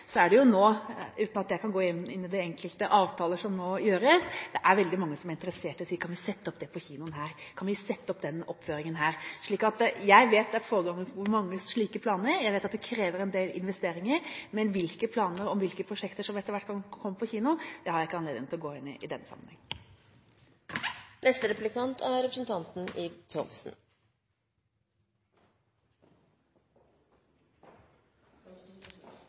er det nå – uten at jeg kan gå inn i de enkelte avtaler som nå gjøres – veldig mange som er interessert, og som spør: Kan vi sette opp dette på kinoen her? Kan vi sette opp denne oppføringen her? Jeg vet at det er mange slike planer, jeg vet at det krever en del investeringer, men hvilke planer om hvilke prosjekter som etter hvert kan komme på kino, har jeg ikke anledning til å gå inn i i denne sammenheng. Det er